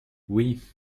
oui